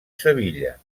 sevilla